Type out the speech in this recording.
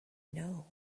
know